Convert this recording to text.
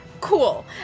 cool